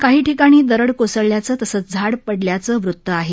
काही ठिकाणी दरड कोसळल्याचं तसंच झाडं पडल्याचं वृत आहे